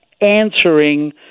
answering